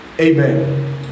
Amen